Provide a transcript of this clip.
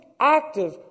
active